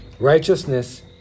righteousness